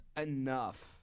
enough